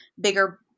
bigger